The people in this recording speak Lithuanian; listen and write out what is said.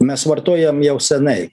mes vartojam jau seniai